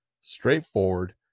straightforward